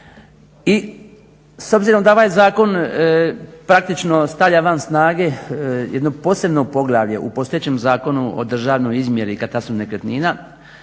I s obzirom da ovaj zakon praktično stavlja van snage jedno posebno poglavlje u postojećem Zakonu o državnoj izmjeri i katastru nekretnina,